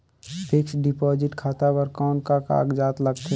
Fixed deposit खाता बर कौन का कागजात लगथे?